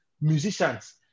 musicians